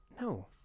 no